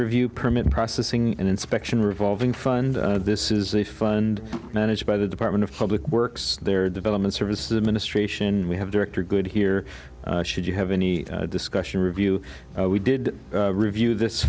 review permit processing and inspection revolving fund this is a fund managed by the department of public works their development services administration we have director good here should you have any discussion review we did review this